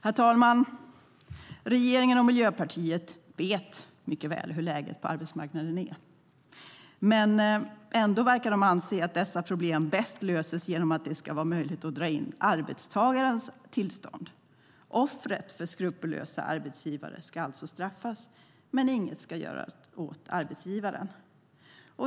Herr talman! Regeringen och Miljöpartiet vet mycket väl hur läget på arbetsmarknaden är. Men ändå verkar de anse att dessa problem bäst löses genom att det ska vara möjligt att dra in arbetstagarens tillstånd. Offret för skrupelfria arbetsgivare ska alltså straffas, men inget ska göras åt arbetsgivaren.